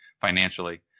financially